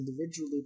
individually